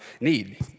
need